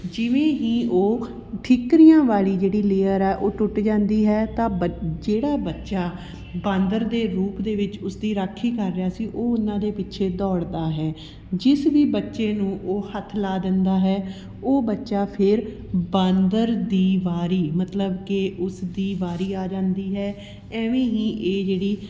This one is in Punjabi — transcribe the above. ਜਿਵੇਂ ਹੀ ਉਹ ਠੀਕਰੀਆਂ ਵਾਲੀ ਜਿਹੜੀ ਲੇਅਰ ਹੈ ਉਹ ਟੁੱਟ ਜਾਂਦੀ ਹੈ ਤਾਂ ਬੱਚ ਜਿਹੜਾ ਬੱਚਾ ਬਾਂਦਰ ਦੇ ਰੂਪ ਦੇ ਵਿੱਚ ਉਸ ਦੀ ਰਾਖੀ ਕਰ ਰਿਹਾ ਸੀ ਉਹ ਉਨ੍ਹਾਂ ਦੇ ਪਿੱਛੇ ਦੌੜਦਾ ਹੈ ਜਿਸ ਵੀ ਬੱਚੇ ਨੂੰ ਉਹ ਹੱਥ ਲਾ ਦਿੰਦਾ ਹੈ ਉਹ ਬੱਚਾ ਫੇਰ ਬਾਂਦਰ ਦੀ ਵਾਰੀ ਮਤਲਬ ਕਿ ਉਸ ਦੀ ਵਾਰੀ ਆ ਜਾਂਦੀ ਹੈ ਐਵੇਂ ਹੀ ਇਹ ਜਿਹੜੀ